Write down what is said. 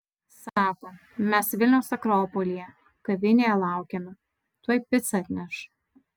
sako mes vilniaus akropolyje kavinėje laukiame tuoj picą atneš